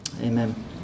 Amen